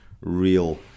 real